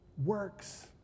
works